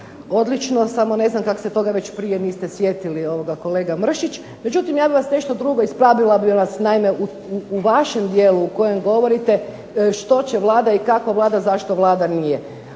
odlično, samo ne znam kako se toga već prije niste sjetili kolega Mršić. Međutim ja bih vas nešto drugo, ispravila bih vas naime u vašem dijelu u kojem govorite što će Vlada i kako Vlada, zašto Vlada nije.